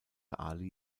ali